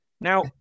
now